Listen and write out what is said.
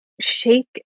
shake